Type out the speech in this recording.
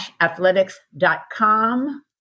athletics.com